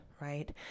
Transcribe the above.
right